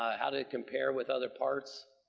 ah how did it compare with other parts?